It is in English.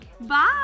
Bye